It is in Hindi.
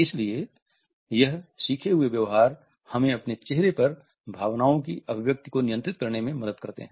इसलिए यह सीखे हुए व्यवहार हमें अपने चेहरे पर भावनाओं की अभिव्यक्ति को नियंत्रित करने में मदद करते हैं